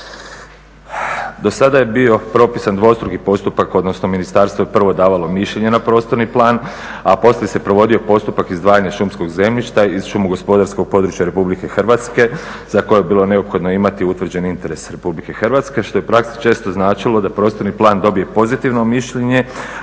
Do sada je bio propisan dvostruki postupak odnosno ministarstvo je prvo davalo mišljenje na prostorni plan, a poslije se provodio postupak izdvajanja šumskog zemljišta iz šumogospodarskog područja RH za koje je bilo neophodno imati utvrđeni interes RH što je često značilo da prostorni plan dobije pozitivno mišljenje,